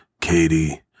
Katie